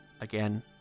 Again